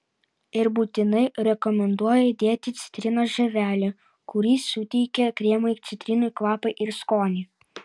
ir būtinai rekomenduoju dėti citrinos žievelę kuri suteikia kremui citrinų kvapą ir skonį